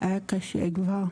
היה קשה כבר.